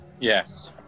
Yes